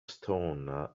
stone